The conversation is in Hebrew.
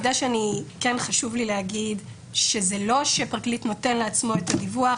חשוב לי להגיד שזה לא שפרקליט נותן לעצמו את הדיווח,